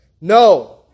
No